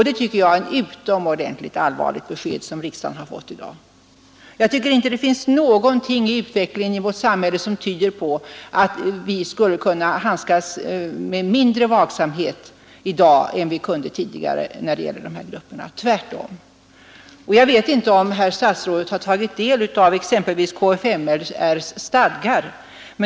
Det tycker jag är ett utomordentligt allvarligt besked. Det finns ingenting i utvecklingen i vårt samhälle som tyder på att vi i dag skulle kunna agera med mindre vaksamhet än tidigare när det gäller dessa grupper — tvärtom. Jag vet inte om herr statsrådet har tagit del av kfml:s stadgar.